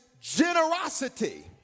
generosity